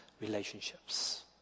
relationships